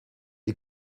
die